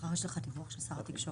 מחר יש לך דיווח של שר התקשורת.